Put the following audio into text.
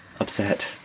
Upset